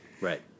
Right